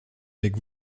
avec